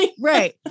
Right